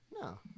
No